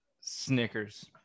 Snickers